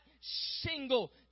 single